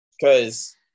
Cause